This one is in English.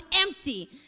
empty